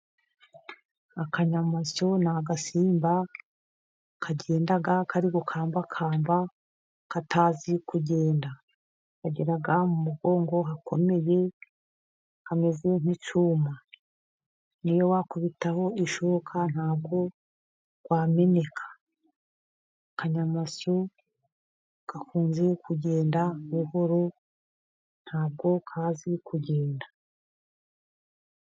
Akanyamasyo ni agasimba kagenda kari gukambakamba katazi kugenda, kagira mu mugongo hakomeye hameze nk'icyuma, niyo wakubitaho ishoka ntabwo wameneka ,akanyamasyo gakunze kugenda buhoro, ntabwo kazi kugenda.